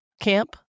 Camp